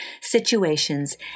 situations